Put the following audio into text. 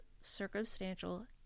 circumstantial